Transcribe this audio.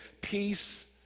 Peace